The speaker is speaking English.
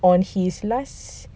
on his last